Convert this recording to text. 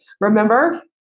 remember